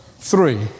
Three